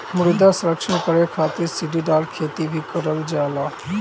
मृदा संरक्षण करे खातिर सीढ़ीदार खेती भी कईल जाला